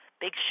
big